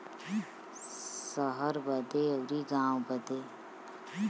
सहर बदे अउर गाँव बदे